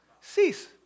Cease